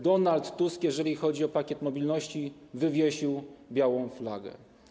Donald Tusk, jeżeli chodzi o Pakiet Mobilności, wywiesił białą flagę.